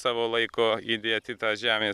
savo laiko įdėti į tą žemės